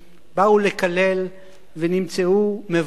באו לקלל ונמצאו מברכים,